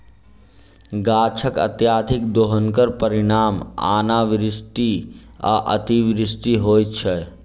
गाछकअत्यधिक दोहनक परिणाम अनावृष्टि आ अतिवृष्टि होइत छै